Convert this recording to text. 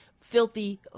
filthy